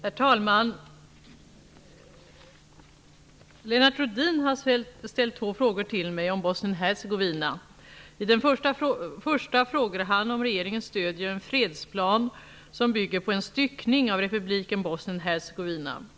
Herr talman! Lennart Rohdin har ställt två frågor till mig om Bosnien-Hercegovina. I den första frågar han om regeringen stöder en fredsplan som bygger på en styckning av republiken Bosnien Hercegovina.